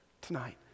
tonight